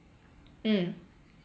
mm